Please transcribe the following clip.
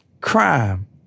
Crime